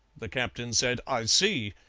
the captain said, i see!